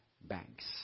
banks